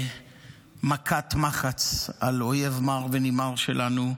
ובמכת מחץ על אויב מר ונמהר שלנו,